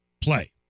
play